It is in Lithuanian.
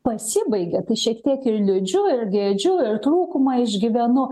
pasibaigė tai šiek tiek ir liūdžiu ir gėdžiu ir trūkumą išgyvenu